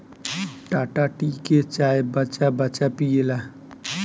Tata tea के चाय बच्चा बच्चा पियेला